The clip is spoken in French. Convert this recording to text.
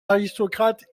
aristocrate